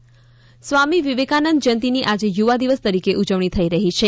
વિવેકાનંદ જયંતી સ્વામી વિવેકાનંદ જયંતીની આજે યુવા દિવસ તરીકે ઉજવણી થઇ રહી છે